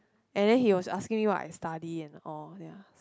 and then he was asking me what I study and all ya